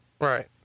Right